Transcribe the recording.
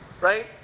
right